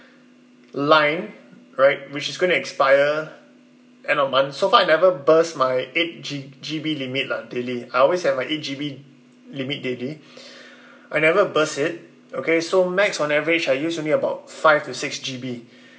line right which is going to expire end of month so far I never burst my eight G~ G_B limit lah daily I always have my eight G_B limit daily I never burst it okay so max on average I use only about five to six G_B